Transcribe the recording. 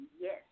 yes